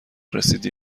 رسیدی